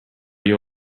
you